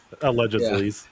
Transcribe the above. Allegedly